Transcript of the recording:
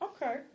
okay